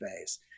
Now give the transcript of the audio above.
phase